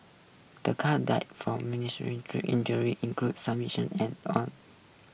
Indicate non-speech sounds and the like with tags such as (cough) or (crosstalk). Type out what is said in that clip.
the cat died from ministry (unintelligible) injury include some mission and on